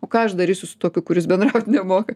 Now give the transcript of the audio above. o ką aš darysiu su tokiu kuris bendraut nemoka